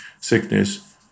sickness